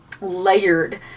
layered